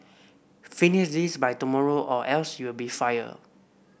finish this by tomorrow or else you'll be fired